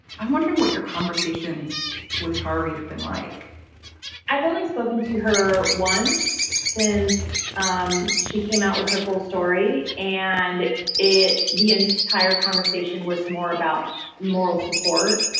i'm wondering what your conversations with tara reid have been like i've only spoken to her once since um she came out with her full story. and it the entire conversation was more about moral support.